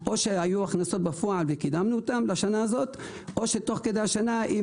היו הכנסות בפועל וקידמנו אותן לשנה הזו או תוך כדי השנה,